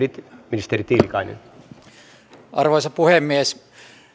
arvoisa puhemies